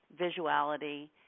visuality